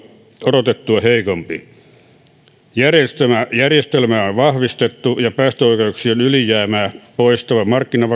odotettua heikompi järjestelmää järjestelmää on vahvistettu ja päästöoikeuksien ylijäämää poistava